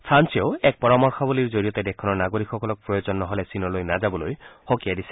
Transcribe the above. ফ্ৰান্সেও এক পৰামৰ্শাৱলীৰ জৰিয়তে দেশখনৰ নাগৰিকসকলক প্ৰয়োজন নহলে চীনলৈ নাযাবলৈ সকীয়াই দিছে